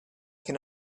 can